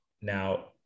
now